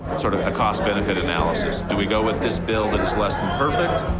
sort of a cost-benefit analysis. do we go with this bill that is less than perfect,